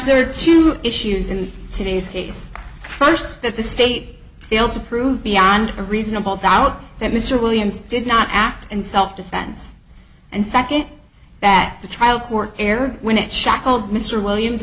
two issues in today's case first that the state failed to prove beyond a reasonable doubt that mr williams did not act in self defense and second that the trial court error when it shackled mr williams